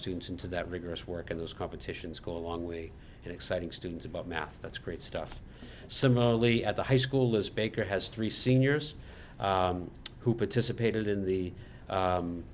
students into that rigorous work and those competitions go a long way and exciting students about math that's great stuff similarly at the high school is baker has three seniors who participated in the